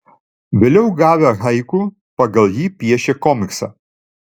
vėliau gavę haiku pagal jį piešė komiksą